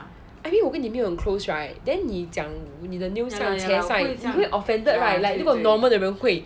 I mean 我跟你没有很 close right then 你讲我的 nails 像 che sai 你会 offended right like 如果 normal 的人会